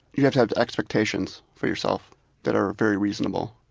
you have to have expectations for yourself that are very reasonable.